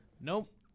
Nope